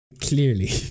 Clearly